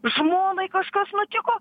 žmonai kažkas nutiko